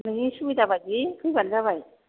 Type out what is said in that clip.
नोंनि सुबिदा बादि फैब्लानो जाबाय